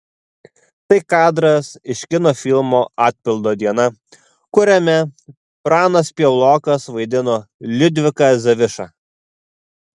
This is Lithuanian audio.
tai kadras iš kino filmo atpildo diena kuriame pranas piaulokas vaidino liudviką zavišą